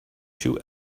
two